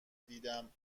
دیدم